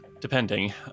depending